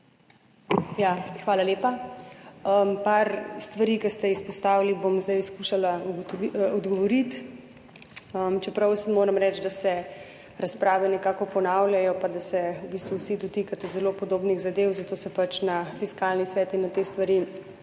Hvala lepa. Na nekaj stvari, ki ste jih izpostavili, bom zdaj skušala odgovoriti, čeprav moram reči, da se razprave nekako ponavljajo pa da se v bistvu vsi dotikate zelo podobnih zadev, zato se pač na Fiskalni svet in na te stvari